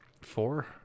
four